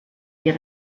día